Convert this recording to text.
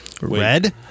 Red